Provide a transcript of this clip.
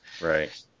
Right